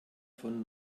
von